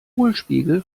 hohlspiegel